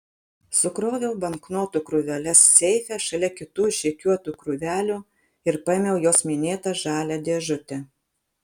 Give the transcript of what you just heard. sukroviau banknotų krūveles seife šalia kitų išrikiuotų krūvelių ir paėmiau jos minėtą žalią dėžutę